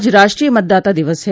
आज राष्ट्रीय मतदाता दिवस है